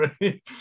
right